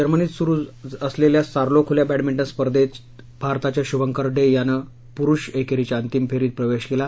जर्मनीत सुरू असलेल्या सार्लो खुल्या बॅडमिंटन स्पर्धेत भारताच्या शुभंकर डे यानं पुरुष एकेरीच्या अंतिम फेरीत प्रवेश केला